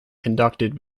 conducted